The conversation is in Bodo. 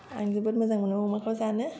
आं जोबोद मोजां मोनो अमाखौ जानो